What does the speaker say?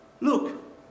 Look